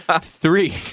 Three